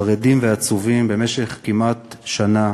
חרדים ועצובים במשך כמעט שנה,